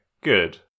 good